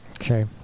Okay